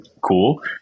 cool